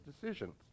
decisions